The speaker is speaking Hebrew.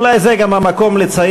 אולי זה גם המקום לציין,